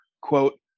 quote